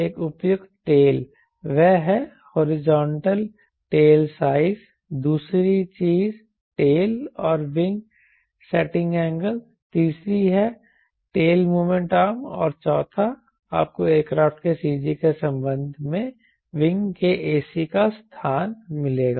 एक उपयुक्त टेल वह है हॉरिजॉन्टल टेल साइज़ दूसरी चीज टेल और विंग सेटिंग एंगल तीसरी है टेल मोमेंट आर्म और चौथा आपको एयरक्राफ्ट के CG के संबंध में विंग के ac का स्थान मिलेगा